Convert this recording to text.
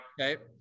Okay